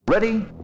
Ready